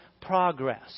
progress